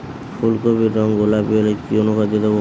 ফুল কপির রং গোলাপী হলে কি অনুখাদ্য দেবো?